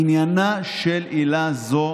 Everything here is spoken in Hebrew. עניינה של עילה זו